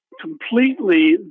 completely